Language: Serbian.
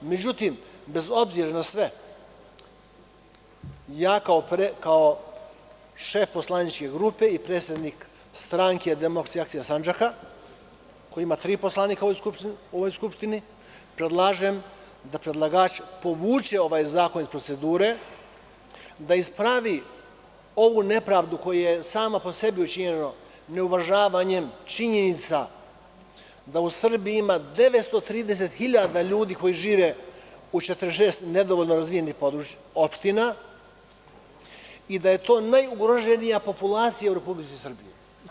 Međutim, bez obzira na sve, ja kao šef poslaničke grupe i predsednik Stranke demokratska akcija Sandžaka, koja ima tri poslanika u Skupštini, predlažem da predlagač povuče ovaj zakon iz procedure, da ispravi ovu nepravdu koja je sama po sebi učinjena neuvažavanjem činjenica da u Srbiji ima 930.000 ljudi koji žive u 46 nedovoljno razvijenih opština i da je to najugroženija populacija u Republici Srbiji.